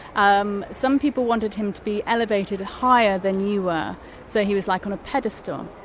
um some people wanted him to be elevated higher than you were so he was like on a pedestal.